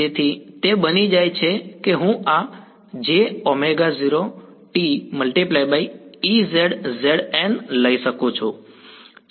તેથી તે બની જાય છે કે હું આ લઈ શકું છું